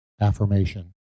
affirmation